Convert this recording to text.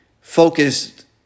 focused